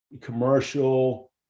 commercial